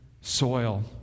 soil